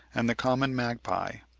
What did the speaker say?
and the common magpie.